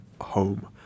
home